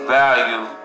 value